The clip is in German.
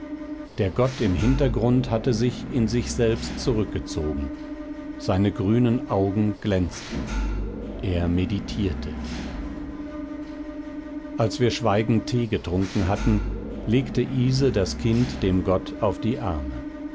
der gott im hintergrund hatte sich in sich selbst zurückgezogen seine grünen augen glänzten er meditierte als wir schweigend tee getrunken hatten legte ise das kind dem gott auf die arme